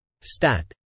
Stat